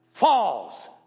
falls